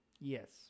Yes